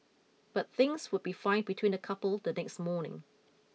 but things would be fine between the couple the next morning